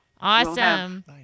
Awesome